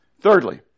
Thirdly